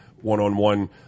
one-on-one